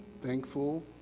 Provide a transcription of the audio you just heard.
thankful